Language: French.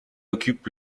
occupe